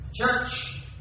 church